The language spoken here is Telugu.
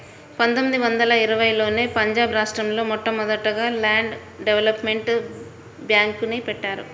పందొమ్మిది వందల ఇరవైలోనే పంజాబ్ రాష్టంలో మొదటగా ల్యాండ్ డెవలప్మెంట్ బ్యేంక్ని బెట్టారు